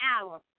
hour